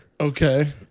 Okay